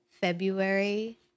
February